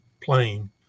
plane